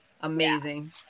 Amazing